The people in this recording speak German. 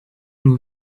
nur